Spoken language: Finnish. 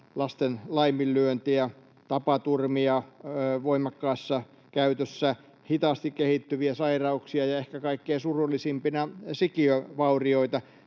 lasten laiminlyöntiä, tapaturmia voimakkaassa käytössä, hitaasti kehittyviä sairauksia ja ehkä kaikkein surullisimpana sikiövaurioita.